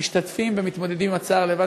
משתתפים ומתמודדים עם הצער לבד.